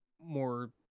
more